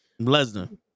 Lesnar